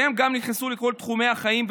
והם גם נכנסו לכל תחומי החיים,